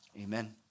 Amen